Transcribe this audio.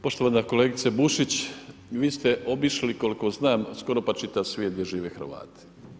Poštovana kolegice Bušić, vi ste obišli, koliko znam, skoro pa čitav svijet gdje žive Hrvati.